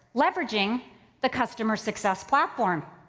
leveraging the customer success platform.